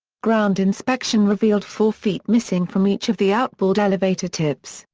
ground inspection revealed four feet missing from each of the outboard elevator tips,